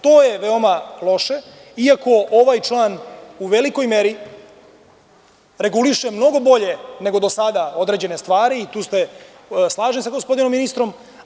To je veoma loše iako ovaj član u velikoj meri, reguliše mnogo bolje nego sada određene stvari, tu se slažem sa gospodinom ministrom.